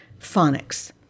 phonics